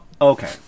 Okay